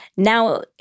Now